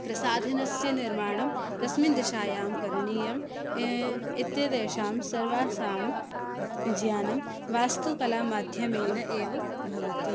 प्रसाधनस्य निर्माणं कस्मिन् दिशायां करणीयम् इत्येतेषां सर्वासां ज्ञानं वास्तुकलामाध्यमेन एव भवति